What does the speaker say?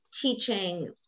teaching